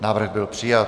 Návrh byl přijat.